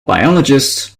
biologists